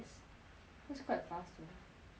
that's quite fast but three days